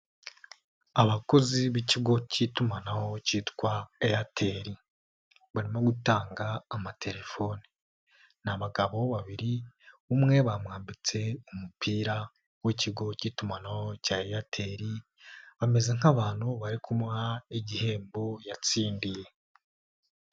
Abakozi b'Ikigo k'itumanaho kitwa Airtel barimo gutanga amatelefoni. Ni abagabo babiri, umwe bamwambitse umupira w'Ikigo k'itumanaho cya Airtel bameze nk'abantu bari kumuha igihembo yatsindiye.